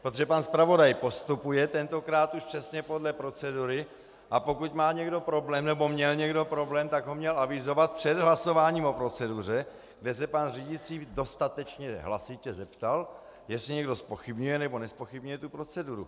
Protože pan zpravodaj postupuje tentokrát už přesně podle procedury, a pokud má někdo problém nebo měl někdo problém, tak ho měl avizovat před hlasováním o proceduře, kde se pan řídící dostatečně hlasitě zeptal, jestli někdo zpochybňuje nebo nezpochybňuje tu proceduru.